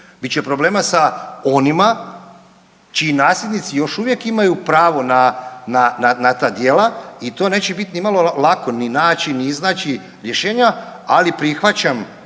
će problema sa onima čiji nasljednici još uvijek imaju pravo na ta djela i to neće biti nimalo lako ni naći, ni iznaći rješenja, ali prihvaćam